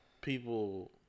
people